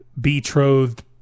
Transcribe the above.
betrothed